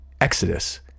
Exodus